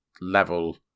level